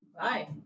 Bye